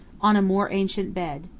on a more ancient bed.